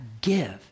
Give